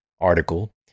article